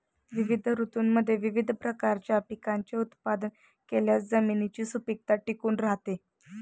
विविध ऋतूंमध्ये विविध प्रकारच्या पिकांचे उत्पादन केल्यास जमिनीची सुपीकता टिकून राहते